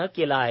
नं केला आहे